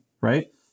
right